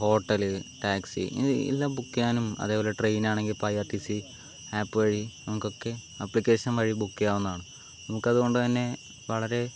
hotel taxi ഇങ്ങനെ എല്ലാം book ചെയ്യാനും അതേപോലെ ട്രെയിനാണെങ്കിൽ ഇപ്പോൾ I R T C app വഴി നമുക്കൊക്കെ ആപ്ലിക്കേഷൻ വഴി ബുക്ക് ചെയ്യാവുന്നതാണ് നമുക്ക് അതുകൊണ്ട് തന്നെ വളരെ